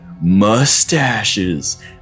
Mustaches